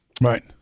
Right